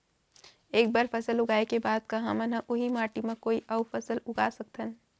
एक बार फसल उगाए के बाद का हमन ह, उही माटी मा कोई अऊ फसल उगा सकथन?